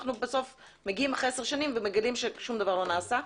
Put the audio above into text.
אנחנו מגלים אחרי עשר שנים שדבר לא נעשה,